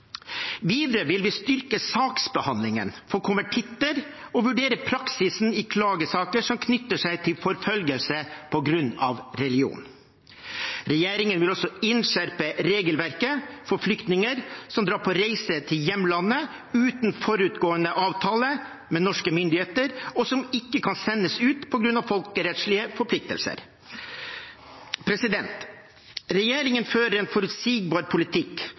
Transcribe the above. Videre vil vi styrke saksbehandlingen for konvertitter og vurdere praksisen i klagesaker som knytter seg til forfølgelse på grunn av religion. Regjeringen vil også innskjerpe regelverket for flyktninger som drar på reise til hjemlandet uten forutgående avtale med norske myndigheter, og som ikke kan sendes ut på grunn av folkerettslige forpliktelser. Regjeringen fører en forutsigbar politikk